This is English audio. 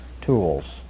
tools